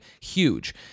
huge